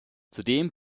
zudem